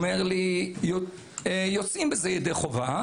הוא אומר לי, יוצאים בזה ידי חובה.